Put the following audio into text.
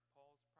Paul's